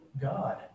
God